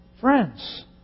Friends